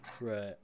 Right